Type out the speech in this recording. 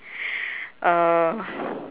uh